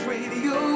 Radio